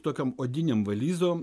tokiom odinėm valizom